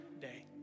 day